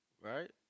Right